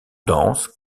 danse